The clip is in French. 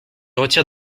retire